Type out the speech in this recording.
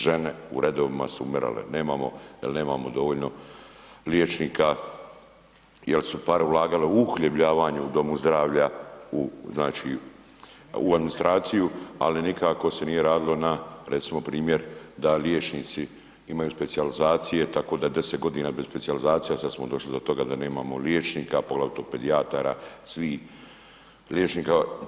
Žene u redovima su umirale, nemamo jer nemamo dovoljno liječnika, jer su se pare ulagale u uhljebljavanje u domu zdravlja, u znači u administraciju ali nikako se nije radilo na recimo primjer da liječnici imaju specijalizacije tako da 10 godina bez specijalizacija sad smo došli do toga da nemamo liječnika poglavito pedijatara, svi liječnika.